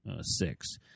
Six